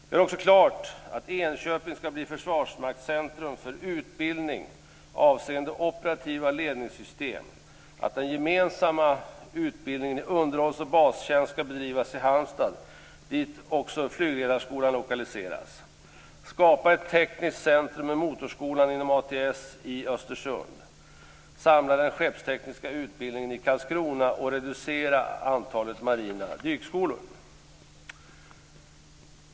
Gör också klart att Enköping skall bli försvarsmaktscentrum för utbildning avseende operativa ledningssystem och att den gemensamma utbildningen i underhålls och bastjänst skall bedrivas i Halmstad, dit också Flygledarskolan lokaliseras. Skapa ett tekniskt centrum med Motorskolan inom ATS i Östersund. Samla den skeppstekniska utbildningen i Karlskrona och reducera antalet marina dykskolor.